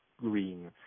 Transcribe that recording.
green